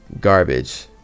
Garbage